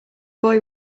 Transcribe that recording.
boy